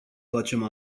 facem